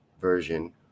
version